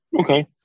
Okay